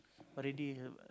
for the day